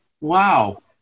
Wow